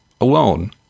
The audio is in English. alone